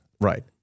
Right